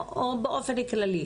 או באופן כללי,